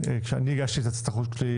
אני הגשתי את הצעת החוק שלי,